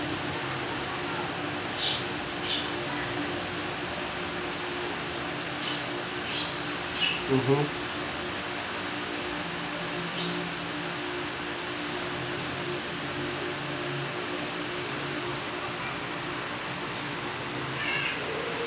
mmhmm